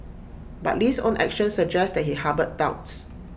but Lee's own actions suggest that he harboured doubts